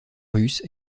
russe